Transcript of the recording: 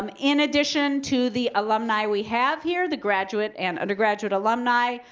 um in addition to the alumni we have here, the graduate and undergraduate alumni,